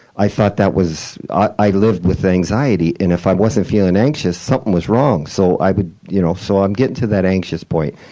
i thought that was i lived with anxiety, and if i wasn't feeling anxious, something was wrong. so i would you know so i'm getting to that anxious point.